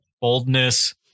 boldness